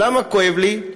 למה כואב לי?